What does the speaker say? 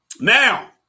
Now